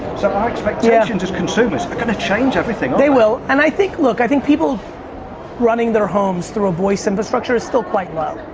so our expectations as consumers are gonna change everything. they will. and i think look, i think people running their homes through a voice infrastructure is still quite low.